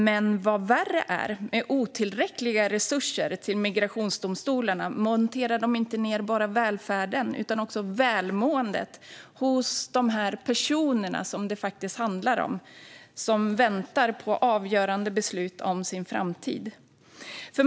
Men vad värre är; med otillräckliga resurser till migrationsdomstolarna monterar regeringen ned inte bara välfärden utan också välmåendet hos de personer som det faktiskt handlar om, de som väntar på avgörande beslut om framtiden.